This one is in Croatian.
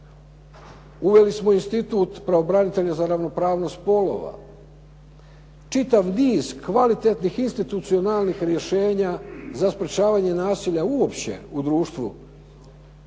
Uveli smo institut pravobranitelja za ravnopravnost spolova. Čitav niz kvalitetnih institucionalnih rješenja za sprječavanje nasilja uopće u društvu